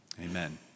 Amen